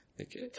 Okay